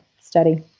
study